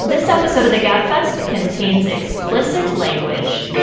this episode of the gabfest contains explicit language